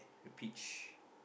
the peach